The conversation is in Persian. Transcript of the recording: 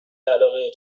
علاقه